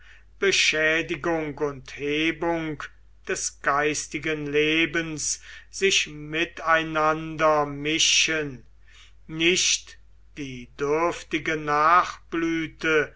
beschädigung und hebung des geistigen lebens sich miteinander mischen nicht die dürftige nachblüte